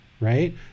right